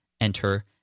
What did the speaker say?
Enter